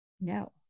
No